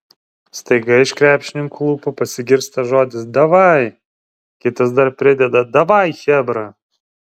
staiga iš krepšininkų lūpų pasigirsta žodis davai kitas dar prideda davai chebra